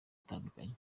atandukanye